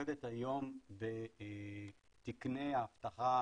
עובדת היום בתקני האבטחה